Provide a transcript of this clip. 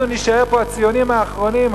אנחנו נישאר פה הציונים האחרונים,